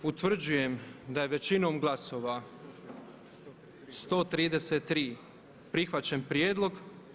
Utvrđujem da je većinom glasova 133 prihvaćen prijedlog.